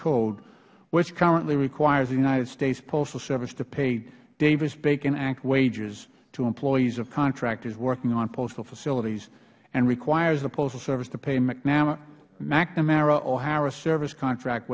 code which currently requires the united states postal service to pay davis bacon act wages to employees of contractors working on postal facilities and requires the postal service to pay mcnamara ohara service contract